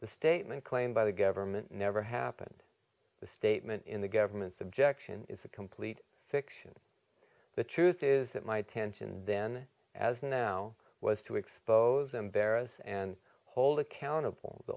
the statement claimed by the government never happened the statement in the government's objection is a complete fiction the truth is that my tension then as now was to expose embarrass and hold accountable the